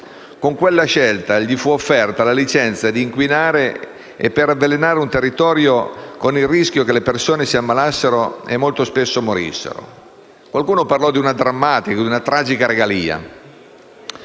Con quella scelta gli fu offerta la licenza per inquinare e avvelenare un territorio, con il rischio che le persone si ammalassero e, molto spesso, morissero. Qualcuno parlò di una drammatica, tragica, regalia.